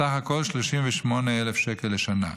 סך הכול 38,000 שקל לשנה,